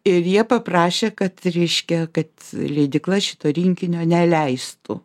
ir jie paprašė kad reiškia kad leidykla šito rinkinio neleistų